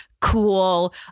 cool